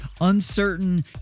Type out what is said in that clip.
uncertain